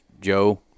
Joe